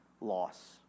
loss